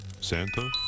santa